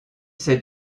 cette